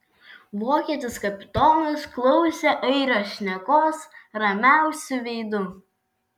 vokietis kapitonas klausė airio šnekos ramiausiu veidu